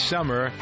Summer